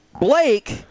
Blake